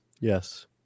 Yes